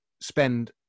spend